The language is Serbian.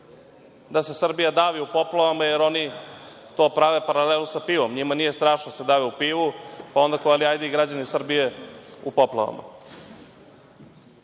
da se Srbija davi u poplavama, jer oni prave paralelu sa pivom. NJima nije strašno da se dave u pivu, pa onda, hajde i građani Srbije u poplavama. Još